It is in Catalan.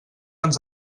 ens